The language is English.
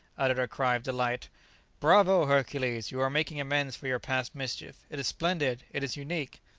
uttered a cry of delight bravo, hercules! you are making amends for your past mischief it is splendid! it is unique!